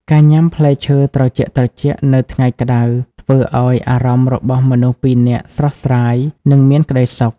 ការញ៉ាំផ្លែឈើត្រជាក់ៗនៅថ្ងៃក្ដៅ ធ្វើឱ្យអារម្មណ៍របស់មនុស្សពីរនាក់ស្រស់ស្រាយ និងមានក្ដីសុខ។